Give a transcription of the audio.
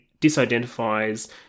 disidentifies